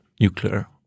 nuclear